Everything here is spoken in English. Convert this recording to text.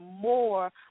more